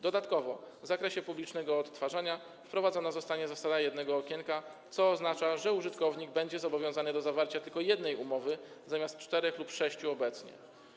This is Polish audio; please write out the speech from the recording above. Dodatkowo w zakresie publicznego odtwarzania wprowadzona zostanie zasada jednego okienka, co oznacza, że użytkownik będzie zobowiązany do zawarcia tylko jednej umowy zamiast czterech lub sześciu, jak obecnie.